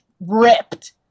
Ripped